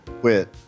quit